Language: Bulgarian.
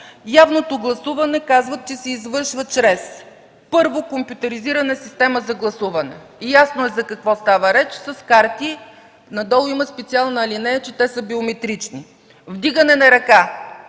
явното гласуване се извършва чрез: „1. компютъризирана система за гласуване;”. Ясно е за какво става реч – с карти. Надолу има специална алинея, че те са биометрични. „2. вдигане на ръка;”.